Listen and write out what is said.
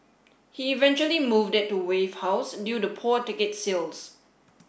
he eventually moved it to Wave House due to poor ticket sales